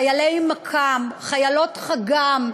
חיילי מקא"ם, חיילות, חג"ם,